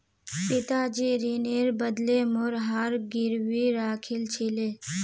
पिताजी ऋनेर बदले मोर हार गिरवी राखिल छिले